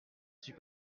suis